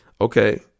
Okay